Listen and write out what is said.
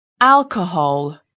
Alcohol